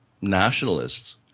nationalists